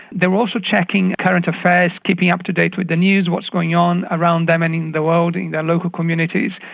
they were also checking current affairs, keeping up to date with the news, what's going on around them and in the world, in their local communities.